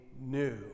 new